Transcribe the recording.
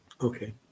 okay